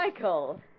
Michael